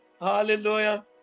hallelujah